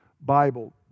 Bible